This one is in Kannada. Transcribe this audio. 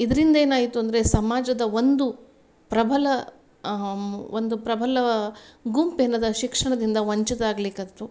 ಇದ್ರಿಂದೇನಾಯಿತು ಅಂದರೆ ಸಮಾಜದ ಒಂದು ಪ್ರಬಲ ಒಂದು ಪ್ರಬಲ ಗುಂಪೇನದ ಶಿಕ್ಷಣದಿಂದ ವಂಚಿತ ಆಗಲಿಕ್ಕತ್ವು